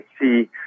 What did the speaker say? see